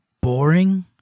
boring